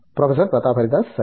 professor Pratap Haridas సరే